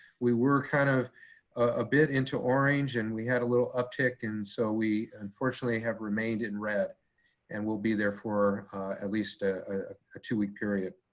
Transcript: we were kind of a bit into orange and we had a little uptick. and so we unfortunately have remained in red and we'll be there for at least ah ah a two-week period.